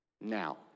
now